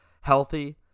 healthy